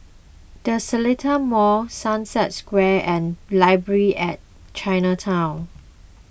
the Seletar Mall Sunset Square and Library at Chinatown